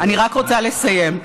אני רק רוצה לסיים.